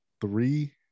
three